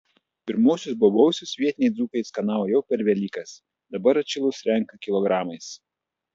pirmuosius bobausius vietiniai dzūkai skanavo jau per velykas dabar atšilus renka kilogramais